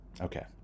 Okay